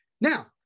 Now